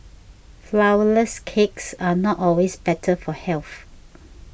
Flourless Cakes are not always better for health